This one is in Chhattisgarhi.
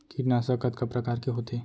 कीटनाशक कतका प्रकार के होथे?